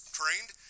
trained